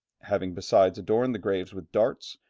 having besides adorned the graves with darts,